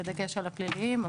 בדגש על הפליליים.